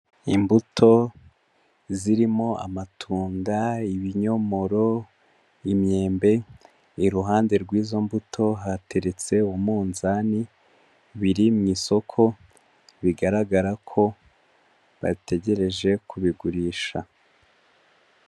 Imbuto zirimo amatunda, ibinyomoro, imyembe, iruhande rw'izo mbuto hateretse umunzani, biri mu isoko bigaragara ko bategereje kubigurisha.